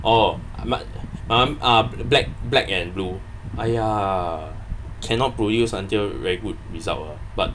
orh my my [one] uh black black and blue !aiya! cannot produce until very good result ah but